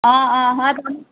অঁ অঁ হয়তো